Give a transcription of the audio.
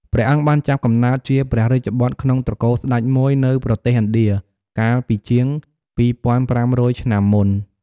ព្រះអង្គបានចាប់កំណើតជាព្រះរាជបុត្រក្នុងត្រកូលស្ដេចមួយនៅប្រទេសឥណ្ឌាកាលពីជាង ២៥០០ ឆ្នាំមុន។